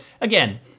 again